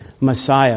Messiah